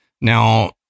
Now